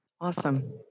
Awesome